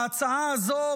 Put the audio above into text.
ההצעה הזו,